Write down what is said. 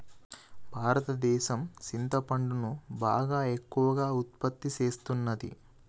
భారతదేసం సింతపండును బాగా ఎక్కువగా ఉత్పత్తి సేస్తున్నది